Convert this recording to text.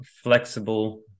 flexible